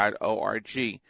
org